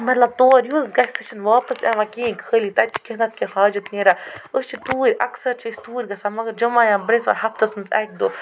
مطلب تور یُس گژھِ سُہ چھِنہٕ واپَس یِوان کِہیٖنۍ خٲلی تَتہِ چھِ کیٚنہہ نَتہٕ کیٚنہہ حاجَت نیران أسۍ چھِ توٗرۍ اَکثَر چھِ أسۍ توٗرۍ گژھان مگر جمعہ یا برٛٮ۪سوار ہفتَس منٛز اَکہِ دۄہ